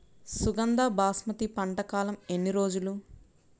సుగంధ బాస్మతి పంట కాలం ఎన్ని రోజులు?